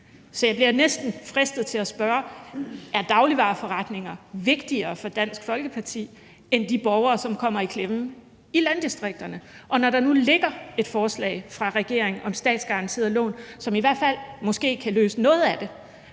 Så jeg bliver næsten fristet til at spørge: Er dagligvareforretninger vigtigere for Dansk Folkeparti end de borgere, som kommer i klemme i landdistrikterne? Og når der nu ligger et forslag fra regeringen om statsgaranterede lån, som nok i hvert fald kan løse noget af det,